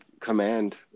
command